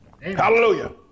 Hallelujah